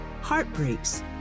heartbreaks